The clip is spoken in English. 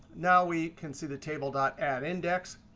now we can see the table dot add index.